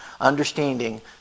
understanding